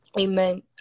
amen